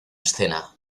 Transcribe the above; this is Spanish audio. escena